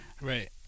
Right